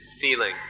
feeling